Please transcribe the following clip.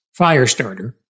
Firestarter